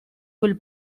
quel